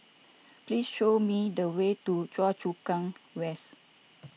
please show me the way to Choa Chu Kang West